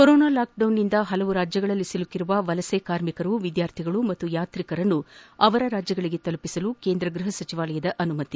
corona ಲಾಕ್ಡೌನ್ನಿಂದ ಹಲವು ರಾಜ್ಯಗಳಲ್ಲಿ ಸಿಲುಕಿರುವ ವಲಸೆ ಕಾರ್ಮಿಕರು ವಿದ್ವಾರ್ಥಿಗಳು ಮತ್ತು ಯಾತ್ರಿಕರನ್ನು ಅವರ ರಾಜ್ದಗಳಿಗೆ ತಲುಪಿಸಲು ಕೇಂದ್ರ ಗೃಹ ಸಚಿವಾಲಯದ ಅನುಮತಿ